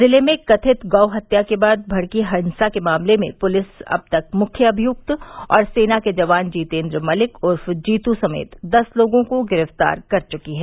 जिले में कथित गौ हत्या के बाद भड़की हिंसा के मामले में पुलिस अब तक मुख्य अभियुक्त और सेना के जवान जीतेन्द्र मलिक उर्फ जीतू समेत दस लोगों को गिरफ्तार कर चुकी है